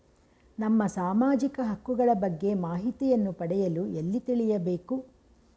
ನಮ್ಮ ಸಾಮಾಜಿಕ ಹಕ್ಕುಗಳ ಬಗ್ಗೆ ಮಾಹಿತಿಯನ್ನು ಪಡೆಯಲು ಎಲ್ಲಿ ತಿಳಿಯಬೇಕು?